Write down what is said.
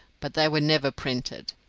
but they were never printed,